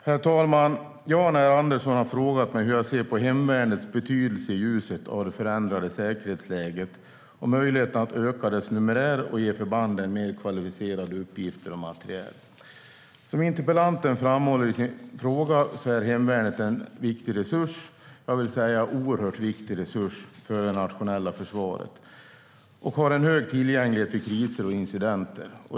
Herr talman! Jan R Andersson har frågat mig hur jag ser på hemvärnets betydelse i ljuset av det förändrade säkerhetsläget och möjligheten att öka dess numerär och ge förbanden mer kvalificerade uppgifter och materiel. Som interpellanten framhöll i sin fråga är hemvärnet en oerhört viktig resurs för det nationella försvaret och har en hög tillgänglighet vid kriser och incidenter.